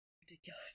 ridiculous